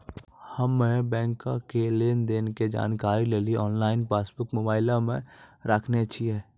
हम्मे बैंको के लेन देन के जानकारी लेली आनलाइन पासबुक मोबाइले मे राखने छिए